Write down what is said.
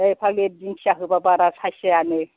नै फाग्लि दिंखिया होबा बारा साइज जाया नो